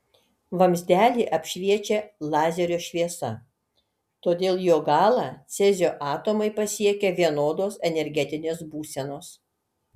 vamzdelį apšviečia lazerio šviesa todėl jo galą cezio atomai pasiekia vienodos energetinės būsenos